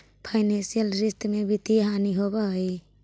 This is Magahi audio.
फाइनेंसियल रिश्त में वित्तीय हानि होवऽ हई